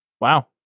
Wow